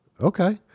okay